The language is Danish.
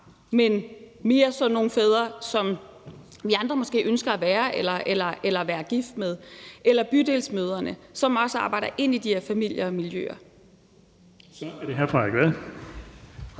men mere sådan nogle fædre, som vi andre måske ønsker at være eller være gift med, eller Bydelsmødre, som også arbejder med de her familier og miljøer. Kl. 12:39 Den fg. formand